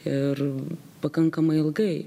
ir pakankamai ilgai